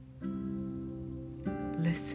Listen